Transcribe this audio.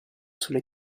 sulle